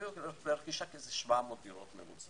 הביאה לרכישת 700 דירות בממוצע.